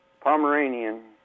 Pomeranian